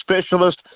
specialist